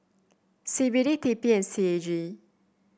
C B D T P and C A G